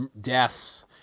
deaths